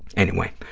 anyway,